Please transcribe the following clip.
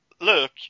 look